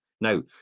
now